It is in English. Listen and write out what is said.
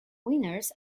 winners